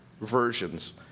versions